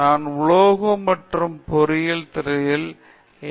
நான் உலோகம் மற்றும் பொருட்கள் திணைக்களத்திலிருந்து எம்